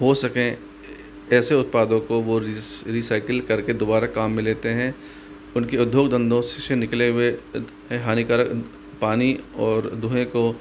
हो सकें ऐसे उत्पादों को वो रिसाइकल करके दोबारा काम में लेते हैं उनके उद्योग धंधों से निकले हुए हानिकारक पानी और धुएँ को